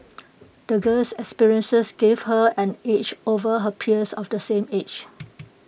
the girl's experiences gave her an edge over her peers of the same age